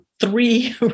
three